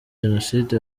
jenoside